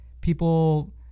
people